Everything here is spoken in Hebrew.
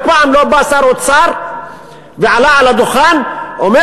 אף פעם לא בא שר אוצר ועלה על הדוכן ואמר: